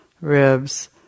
ribs